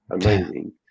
amazing